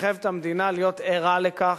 מחייב את המדינה להיות ערה לכך,